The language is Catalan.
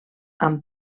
amb